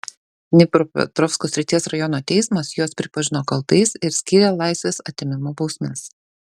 dnipropetrovsko srities rajono teismas juos pripažino kaltais ir skyrė laisvės atėmimo bausmes